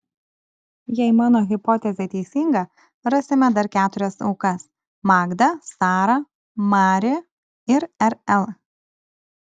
jei mano hipotezė teisinga rasime dar keturias aukas magdą sarą mari ir rl